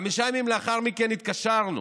חמישה ימים לאחר מכן התקשרנו,